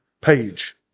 page